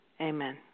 amen